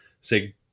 say